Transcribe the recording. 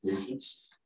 patients